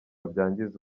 byangiza